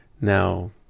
Now